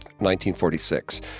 1946